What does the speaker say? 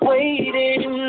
Waiting